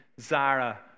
Zara